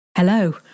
Hello